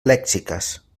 lèxiques